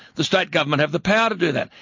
the state government have the power to do that.